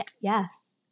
Yes